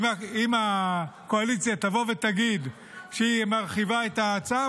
אם הקואליציה תבוא ותגיד שהיא מרחיבה את הצו,